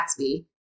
Gatsby